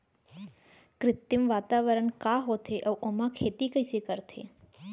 कृत्रिम वातावरण का होथे, अऊ ओमा खेती कइसे करथे?